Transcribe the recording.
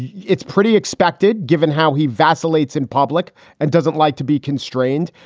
yeah it's pretty expected, given how he vacillates in public and doesn't like to be constrained.